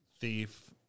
thief